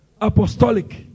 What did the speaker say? apostolic